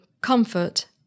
comfort